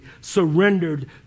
surrendered